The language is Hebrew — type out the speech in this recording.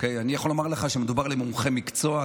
אני יכול לומר לך שמדובר במומחי מקצוע.